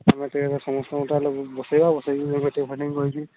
ଆମେ ଟିକେ ସମସ୍ତଙ୍କୁ ଚାଲ ବସାଇବା ଆଉ ବସାଇକି ମିଟିଂ ଫିଟିଙ୍ଗ କରିକି